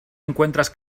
encuentras